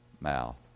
mouth